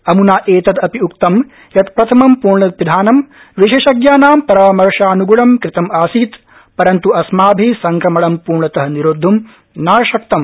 अमूना एतदपि उक्तं यत् प्रथमं पूर्णपिधानं विशेषज्ञानां परामर्शान्ग्णं कृतमासीत् परन्त् अस्माभि संक्रमणं पूर्णत निरोदध्यं न शक्तम्